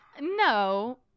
no